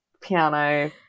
piano